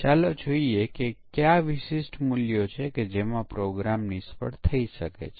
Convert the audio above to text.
હવે પરીક્ષણ કયા વિવિધ સ્તરો પર કરવામાં આવે છે